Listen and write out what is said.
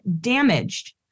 damaged